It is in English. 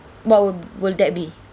what will will that be